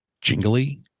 jingly